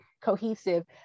cohesive